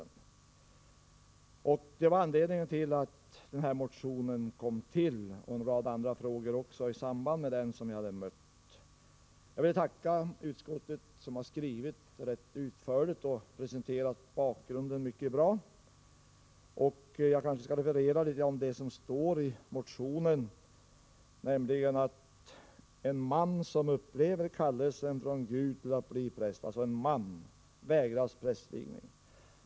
Denna och en rad andra frågor i samband med den som jag hade mött var anledningen till att jag väckte min motion. Jag vill tacka utskottet, som har skrivit rätt utförligt och presenterat bakgrunden mycket bra. Jag kanske skall referera något av det som står i motionen, nämligen att en man som upplever kallelsen från Gud till att bli präst — alltså en man — vägras prästvigning.